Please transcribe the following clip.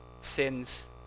sins